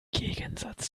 gegensatz